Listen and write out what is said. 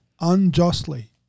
unjustly